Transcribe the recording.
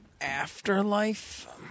Afterlife